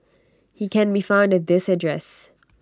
he can be found at this address